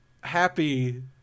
happy